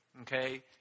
okay